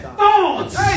thoughts